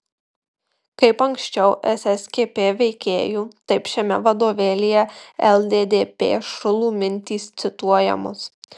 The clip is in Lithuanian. kaip anksčiau sskp veikėjų taip šiame vadovėlyje lddp šulų mintys cituojamos